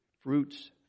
fruits